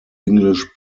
english